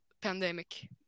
pandemic